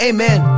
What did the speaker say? Amen